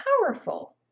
powerful